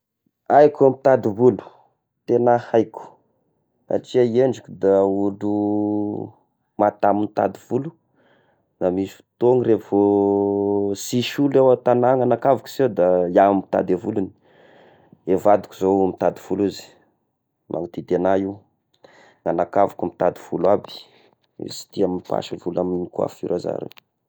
Aiko mitady volo tegna haiko satria iendriko da olo mahata mitady volo da misy fotoagna revo sisy olo eo an-tagnàna, anakaviko sy eo da iaho mitady vologny, i vadiko izao no mitady volo izy manodidy agna io, anakaviko mitady volo aby, izy sy tia mipasy volo amy coiffure zagny.